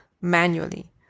manually